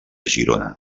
girona